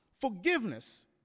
forgiveness